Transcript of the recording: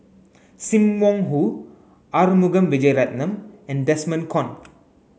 Sim Wong Hoo Arumugam Vijiaratnam and Desmond Kon